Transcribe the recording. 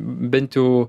bent jau